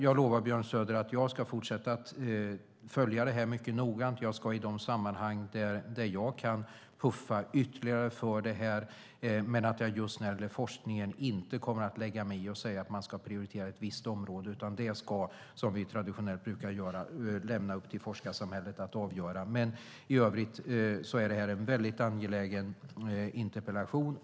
Jag lovar Björn Söder att jag ska fortsätta att följa det här mycket noggrant. Jag ska i de sammanhang där jag kan puffa ytterligare för detta. Men när det gäller just forskningen kommer jag inte att lägga mig i och säga att man ska prioritera ett visst område, utan det ska vi, som vi traditionellt brukar göra, lämna till forskarsamhället att avgöra. I övrigt är det här en väldigt angelägen interpellation.